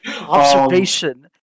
observation